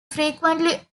frequently